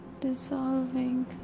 Dissolving